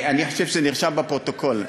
אני חושב שנרשם בפרוטוקול.